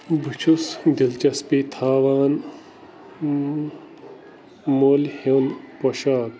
بہٕ چھُس دلچسپی تھاوان مٔلۍ ہیوٚن پۄشاک